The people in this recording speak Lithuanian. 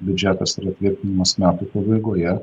biudžetas tvirtinamas metų pabaigoje